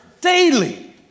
daily